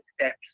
steps